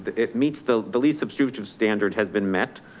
it meets the the least substitutive standard has been met.